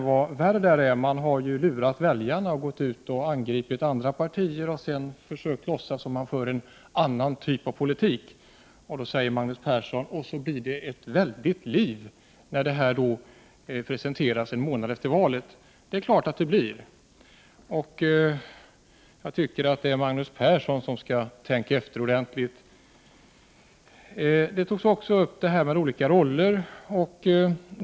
Vad värre är: man har lurat väljarna, gått ut och angripit andra partier och försöker nu låtsas som om man för en annan typ av politik. Då säger Magnus Persson: Och så blev det ett väldigt liv när socialdemokraternas politik presenterades en månad efter valet. Det är klart att det blir liv. Jag tycker att det är Magnus Persson som skall tänka efter ordentligt. Det talas om olika roller i bostadspolitiken.